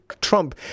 Trump